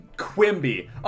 Quimby